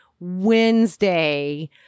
Wednesday